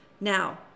Now